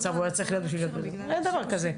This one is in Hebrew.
על שב"ס, אז כשאין פיקוח ככה זה נראה.